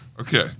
Okay